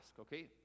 okay